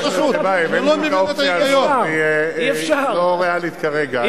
זאת הצעה לא ריאלית כרגע.